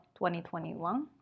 2021